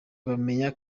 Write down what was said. bamenya